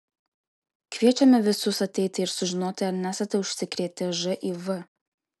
kviečiame visus ateiti ir sužinoti ar nesate užsikrėtę živ